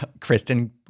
Kristen